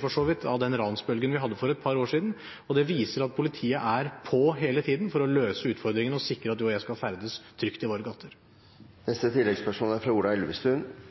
for så vidt i dialog med flere – i den ransbølgen vi hadde for et par år siden. Det viser at politiet hele tiden er på for å løse utfordringen og sikre at du og jeg skal ferdes trygt i våre gater. Ola Elvestuen – til oppfølgingsspørsmål. Jeg er